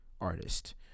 artist